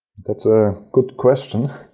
that's a good question.